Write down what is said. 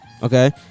Okay